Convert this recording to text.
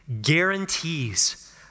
guarantees